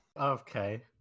Okay